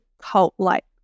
cult-like